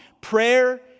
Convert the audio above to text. Prayer